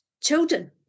children